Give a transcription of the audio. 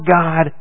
God